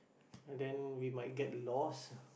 then we might get lost